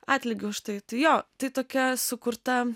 atlygį už tai tai jo tai tokia sukurta